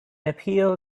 appeal